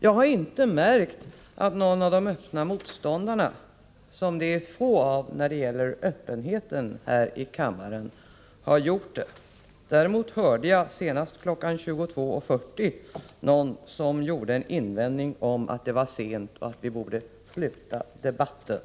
Jag har inte märkt att någon av de öppna motståndarna — de är få när det gäller öppenheten här i kammaren -— har gjort det. Däremot hörde jag senast kl. 22.40 någon som sade att det var sent och att vi borde sluta debatten.